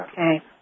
Okay